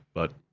but.